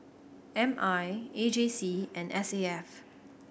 M I A J C and S A F